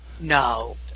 No